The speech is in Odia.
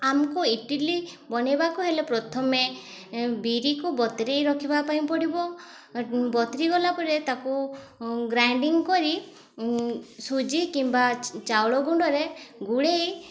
ଆମକୁ ଇଟିଲି ବନାଇବାକୁ ହେଲେ ପ୍ରଥମେ ବିରିକୁ ବତୁରେଇ ରଖିବା ପାଇଁ ପଡ଼ିବ ବତୁରି ଗଲା ପରେ ତାକୁ ଗ୍ରାଇଣ୍ଡିଂ କରି ସୁଜି କିମ୍ବା ଚାଉଳ ଗୁଣ୍ଡରେ ଗୁଡ଼େଇ